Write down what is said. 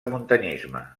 muntanyisme